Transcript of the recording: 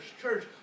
church